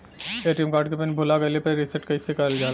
ATM card के PIN भूला गइल बा रीसेट कईसे करल जाला?